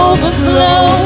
Overflow